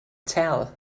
tell